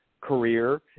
career